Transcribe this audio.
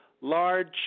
large